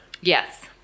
Yes